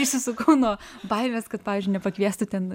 išsisukau nuo baimės kad pavyzdžiui nepakviestų ten